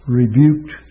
rebuked